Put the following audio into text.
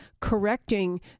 Correcting